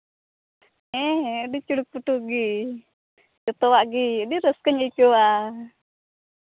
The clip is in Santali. ᱦᱮᱸ ᱦᱮᱸ ᱟᱹᱰᱤ ᱪᱩᱲᱩᱠ ᱯᱩᱴᱩᱠ ᱜᱮ ᱡᱚᱛᱚᱣᱟᱜ ᱟᱹᱰᱤ ᱨᱟᱹᱥᱠᱟᱹᱧ ᱟᱹᱭᱠᱟᱹᱣᱟ